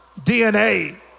DNA